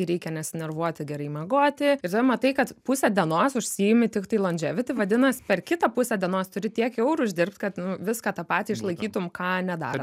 reikia nesinervuoti gerai miegoti ir tada matai kad pusę dienos užsiimi tiktai londževiti vadinas per kitą pusę dienos turi tiek eurų uždirbt kad nu viską tą patį išlaikytum ką nedaro